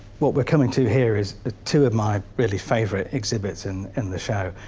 what we're coming to here is ah two of my really favorite exhibits in and the show.